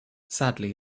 sadly